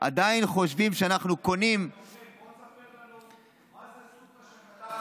עדיין חושבים שאנחנו קונים בוא תספר לנו מה זה הסוכר שכתבת,